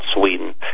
Sweden